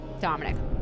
Dominic